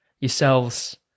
yourselves